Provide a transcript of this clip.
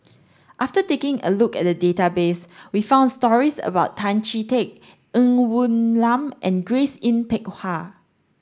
after taking a look at the database we found stories about Tan Chee Teck Ng Woon Lam and Grace Yin Peck Ha